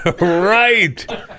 Right